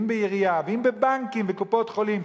אם בעירייה ואם בבנקים וקופות-חולים,